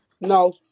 No